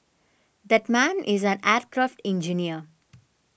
that man is an aircraft engineer